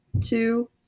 two